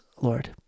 Lord